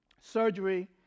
surgery